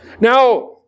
Now